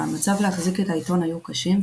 מאמציו להחזיק את העיתון היו קשים,